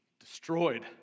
destroyed